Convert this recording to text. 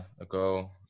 ago